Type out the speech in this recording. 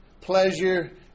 pleasure